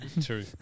True